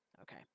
Okay